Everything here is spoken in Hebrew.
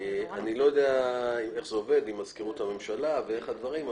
אני לא יודע איך זה עובד עם מזכירות הממשלה ואיך הדברים,